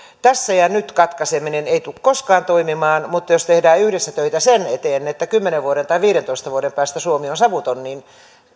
tässä ja nyt katkaiseminen ei tule koskaan toimimaan mutta jos tehdään yhdessä töitä sen eteen että kymmenen vuoden tai viidentoista vuoden päästä suomi on savuton niin